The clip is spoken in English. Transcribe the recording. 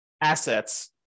assets